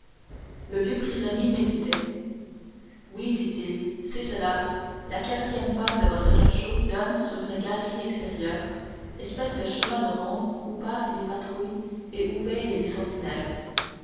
le vieux prisonnier méditait oui dit-il c'est cela la quatrième face de votre cachot donne sur une galerie extérieure espèce de chemin de ronde où passent les patrouilles et où veillent des sentinelles